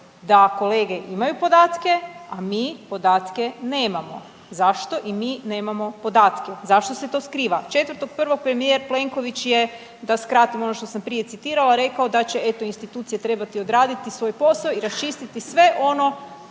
da kolege imaju podatke, a mi podatke nemamo. Zašto i mi nemamo podatke? Zašto se to skriva? 4.1. premijer Plenković je da skratim ono što sam prije citirala rekao da će, eto institucije trebati odraditi svoj posao i raščistiti sve ono